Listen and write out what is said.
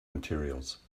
materials